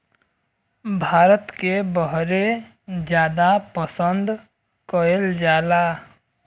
भारत के बहरे जादा पसंद कएल जाला